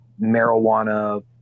marijuana